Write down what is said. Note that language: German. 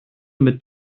mit